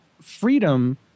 freedom